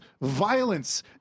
violence